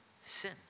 sin